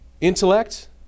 Intellect